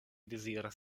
deziras